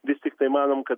vis tiktai manom kad